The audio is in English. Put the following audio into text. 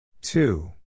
two